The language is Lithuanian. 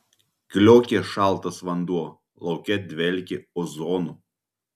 kliokė šaltas vanduo lauke dvelkė ozonu